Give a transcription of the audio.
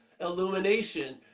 illumination